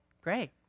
great